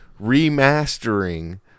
remastering